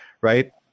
right